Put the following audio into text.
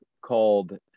called